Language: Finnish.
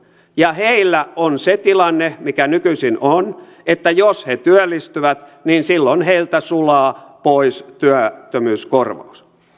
ja heillä on se tilanne mikä nykyisin on että jos he työllistyvät niin silloin heiltä sulaa pois työttömyyskorvaus